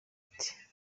ati